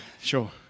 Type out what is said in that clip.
sure